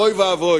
אוי ואבוי